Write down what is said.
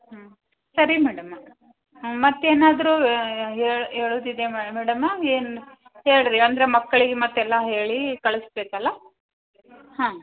ಹ್ಞೂ ಸರಿ ಮೇಡಂ ಮತ್ತೇನಾದರೂ ಹೇಳೋದಿದ್ಯ ಮೇಡಂ ಏನು ಹೇಳಿರಿ ಅಂದ್ರೆ ಮಕ್ಕಳಿಗೆ ಮತ್ತೆಲ್ಲ ಹೇಳಿ ಕಳಿಸ್ಬೇಕಲ್ಲ ಹಾಂ